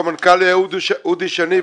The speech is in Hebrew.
והמנכ"ל אודי שני,